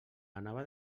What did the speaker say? anava